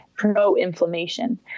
pro-inflammation